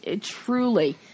truly